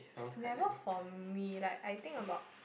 never for me like I think about